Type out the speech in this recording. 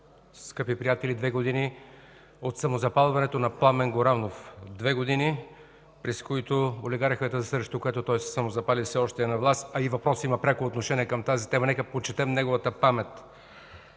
скъпи приятели, две години от самозапалването на Пламен Горанов. Две години, през които олигархията, срещу която той се самозапали, все още е на власт, а и въпросът има пряко отношение към тази тема. Нека почетем неговата памет!